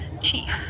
Chief